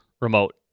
remote